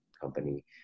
company